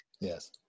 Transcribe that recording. Yes